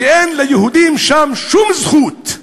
שאין ליהודים שם שום זכות,